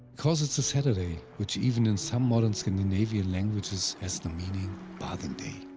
because it is a saturday, which even in some modern scandinavian languages has the meaning bathing day!